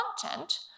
content